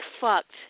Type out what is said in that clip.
fucked